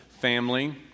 family